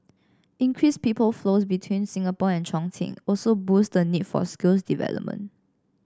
increased people flows between Singapore and Chongqing also boost the need for skills development